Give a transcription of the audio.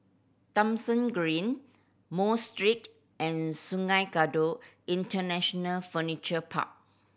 Thomson Green Mosque Street and Sungei Kadut International Furniture Park